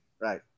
right